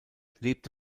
lebte